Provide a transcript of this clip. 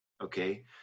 okay